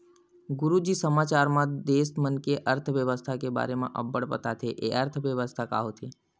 गुरूजी समाचार म देस मन के अर्थबेवस्था के बारे म अब्बड़ बताथे, ए अर्थबेवस्था का होथे?